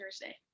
Thursday